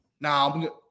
Now